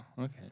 okay